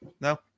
No